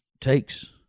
Takes